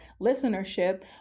listenership